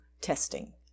testing